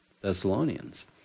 Thessalonians